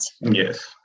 yes